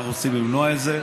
אנחנו רוצים למנוע את זה.